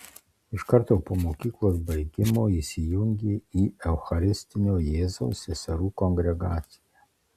iš karto po mokyklos baigimo įsijungė į eucharistinio jėzaus seserų kongregaciją